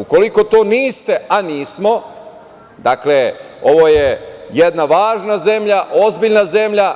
Ukoliko to niste, a nismo, dakle ovo je jedna važna zemlja, ozbiljna zemlja,